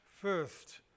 first